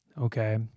Okay